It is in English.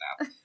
now